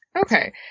Okay